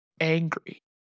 angry